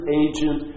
agent